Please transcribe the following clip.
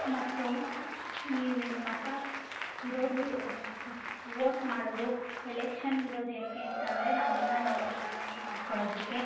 ಮತ್ತು ಈ ಮತ ಇರೋದು ವೋಟ್ ಮಾಡೋದು ಎಲೆಕ್ಷನ್ ಇರೋದು ಯಾಕೆ ಅಂತ ಅಂದ್ರೆ ನಮ್ಮನ್ನು ನಾವು ಬೆಳವಣಿಗೆ ಮಾಡ್ಕೊಳ್ಳೋದಕ್ಕೆ